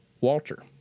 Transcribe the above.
Walter